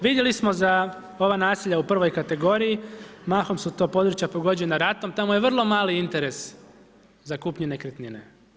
Vidjeli smo za ova naselja u prvoj kategoriji, mahom su to područja pogođena ratom damo je vrlo mali interes za kupnju nekretnine.